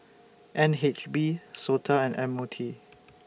N H B Sota and M O T